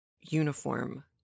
uniform